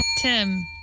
Tim